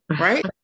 right